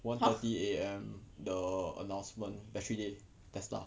!huh!